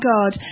God